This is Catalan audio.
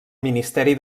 ministeri